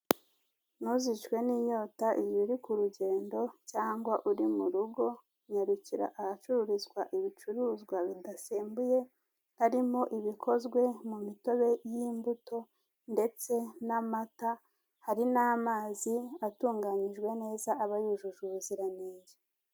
Ntuzicwe n'inyota igihe uri kurugendo cyangwa uri mu rugo, nyarukira ahacururizwa ibicuruzwa bidasembuye harimo ibikozwe mu mitobe y'imbuto ndetse n'amata, hari n'amazi atunganyijwe neza aba yujuje ubuziranenge.